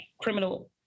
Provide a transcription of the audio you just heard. criminal